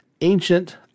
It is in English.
Ancient